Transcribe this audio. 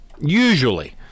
usually